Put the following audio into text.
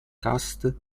cast